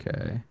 Okay